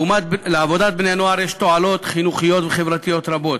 לעבודת בני-נוער יש תועלות חינוכיות וחברתיות רבות.